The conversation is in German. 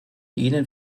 ihnen